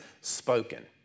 spoken